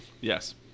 Yes